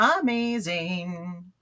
amazing